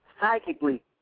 psychically